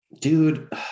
Dude